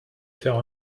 faire